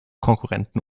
konkurrenten